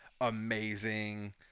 amazing –